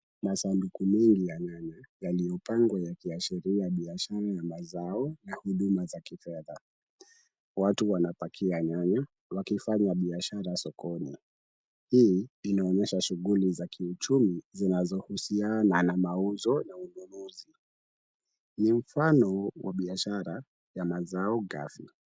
Masanduku mengi ya nyanya yaliyopangwa yakiasheria biashara ya mazao huduma za kifedha. Watu wanapakia nyanya, wakifanya biashara sokoni. Hii imeonyesha shughuli za kiuchumi zinazohusiana na mauzo. Ni mfano wa biashara ya mazao ghafi.